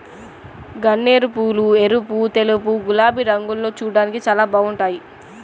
గన్నేరుపూలు ఎరుపు, తెలుపు, గులాబీ రంగుల్లో చూడ్డానికి చాలా బాగుంటాయ్